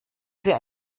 für